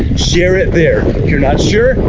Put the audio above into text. share it there. if you're not sure,